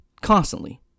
constantly